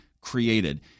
created